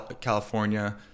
California